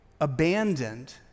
abandoned